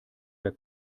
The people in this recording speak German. der